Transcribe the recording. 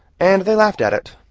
and they laughed at it.